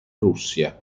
russia